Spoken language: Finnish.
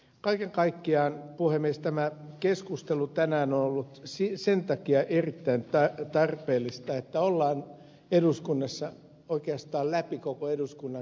kaiken kaikkiaan puhemies tämä keskustelu tänään on ollut sen takia erittäin tarpeellista että eduskunnassa oikeastaan läpi koko eduskunnan on kiinnitetty huomiota vesiensuojeluun